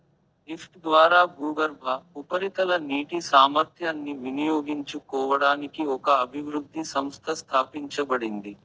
లిఫ్ట్ల ద్వారా భూగర్భ, ఉపరితల నీటి సామర్థ్యాన్ని వినియోగించుకోవడానికి ఒక అభివృద్ధి సంస్థ స్థాపించబడింది